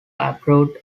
approved